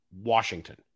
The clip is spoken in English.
Washington